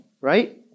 right